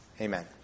Amen